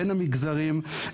בין המגזרים.